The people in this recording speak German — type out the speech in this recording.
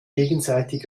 gegenseitig